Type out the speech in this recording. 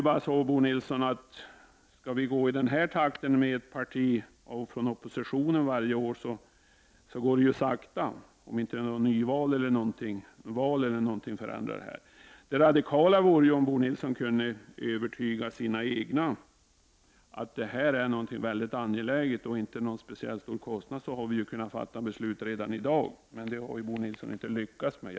Skall vi gå i den här takten, Bo Nilsson, med ytterligare ett parti från oppositionen varje år går det ju sakta, om inte något val förändrar situationen. Det radikala vore om Bo Nilsson kunde övertyga sina egna partikamrater om att det här är något angeläget och att det inte rör sig om någon speciellt stor kostnad. Då hade vi kunnat fatta beslut redan i dag. Men det har Bo Nilsson inte lyckats med.